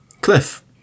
Cliff